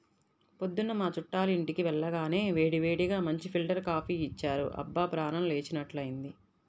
పొద్దున్న మా చుట్టాలింటికి వెళ్లగానే వేడివేడిగా మంచి ఫిల్టర్ కాపీ ఇచ్చారు, అబ్బా ప్రాణం లేచినట్లైంది